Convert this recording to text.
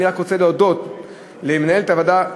אני רק רוצה להודות למנהלת הוועדה,